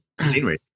scenery